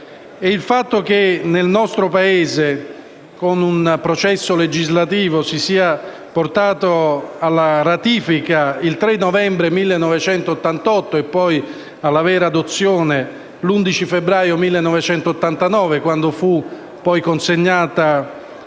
Il fatto che nel nostro Paese con un processo legislativo si sia portato alla ratifica il 3 novembre 1988 e poi alla vera adozione l'11 febbraio 1989, quando fu poi consegnata